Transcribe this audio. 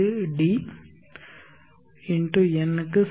n க்கு சமம்